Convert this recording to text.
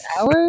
hours